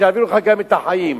שיעבירו לך גם את החיים.